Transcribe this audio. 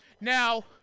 Now